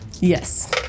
yes